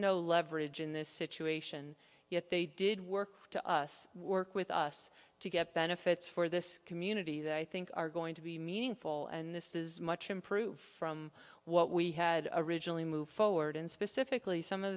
no leverage in this situation yet they did work to us work with us to get benefits for this community that i think are going to be meaningful and this is much improved from what we had originally moved forward and specifically some of